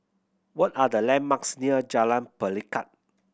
what are the landmarks near Jalan Pelikat